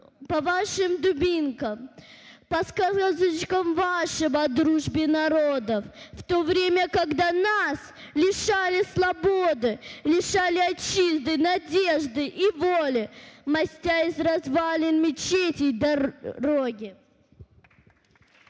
По вашим дубинкам, По сказочкам вашим о дружбе народов, В то время, когда нас лишали свободы! Лишали Отчизны, Надежды и воли, Мостя из развалин мечетей дороги.